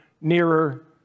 nearer